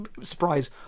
surprise